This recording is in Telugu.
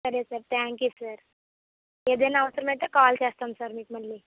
సరే సార్ థ్యాంక్ యూ సార్ ఏదైనా అవసరం అయితే కాల్ చేస్తాము సార్ మీకు మళ్ళీ